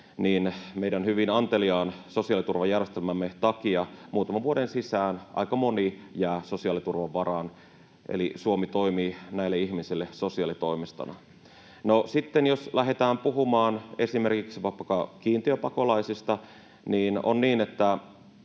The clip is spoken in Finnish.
niin meidän hyvin anteliaan sosiaaliturvajärjestelmämme takia muutaman vuoden sisään aika moni jää sosiaaliturvan varaan, eli Suomi toimii näille ihmisille sosiaalitoimistona. No sitten jos lähdetään puhumaan esimerkiksi vaikkapa kiintiöpakolaisista, niin olen monta